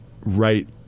right